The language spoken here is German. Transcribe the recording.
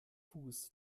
fuß